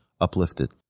uplifted